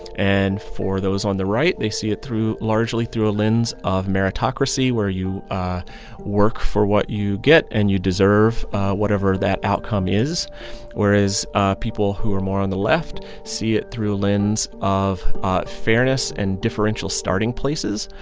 and for those on the right, they see it through largely through a lens of meritocracy where you work for what you get and you deserve whatever that outcome is whereas ah people who are more on the left see it through a lens of ah fairness and differential starting places.